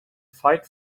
fight